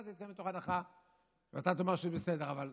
אתה תצא מתוך הנחה ותאמר שזה בסדר, אבל